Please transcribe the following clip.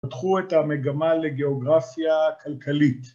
פתחו את המגמה לגאוגרפיה כלכלית.